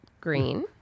green